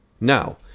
Now